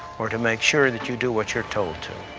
or to make sure that you do what you're told to.